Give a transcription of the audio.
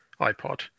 iPod